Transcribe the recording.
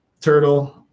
Turtle